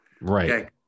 Right